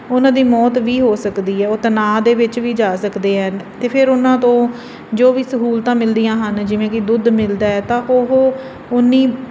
ਉਹਨਾਂ ਦੀ ਮੌਤ ਵੀ ਹੋ ਸਕਦੀ ਹੈ ਉਹ ਤਨਾਅ ਦੇ ਵਿੱਚ ਵੀ ਜਾ ਸਕਦੇ ਹੈ ਅਤੇ ਫਿਰ ਉਹਨਾਂ ਤੋਂ ਜੋ ਵੀ ਸਹੂਲਤਾਂ ਮਿਲਦੀਆਂ ਹਨ ਜਿਵੇਂ ਕਿ ਦੁੱਧ ਮਿਲਦਾ ਹੈ ਤਾਂ ਉਹ ਉਨੀ